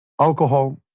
Alcohol